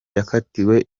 yakatiwe